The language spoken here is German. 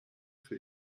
für